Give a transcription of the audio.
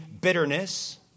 bitterness